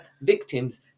victims